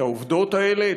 את העובדות האלה?